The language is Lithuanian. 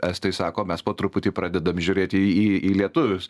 estai sako mes po truputį pradedam žiūrėti į į lietuvius